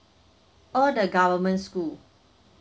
all the government school